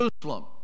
Jerusalem